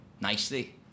nicely